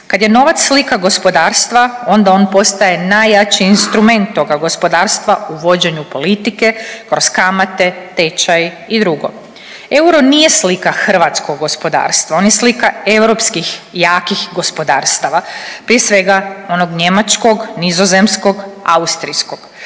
Kad je novac slika gospodarstva, onda on postaje najjači instrument toga gospodarstva u vođenju politike kroz kamate, tečaj i dr. Euro nije slika hrvatskog gospodarstva, on je slika europskih jakih gospodarstava, prije svega onog njemačkog, nizozemskog, austrijskog.